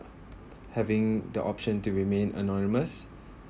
having the option to remain anonymous